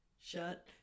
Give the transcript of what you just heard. Shut